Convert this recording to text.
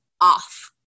off